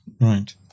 Right